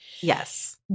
Yes